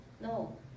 No